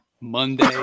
monday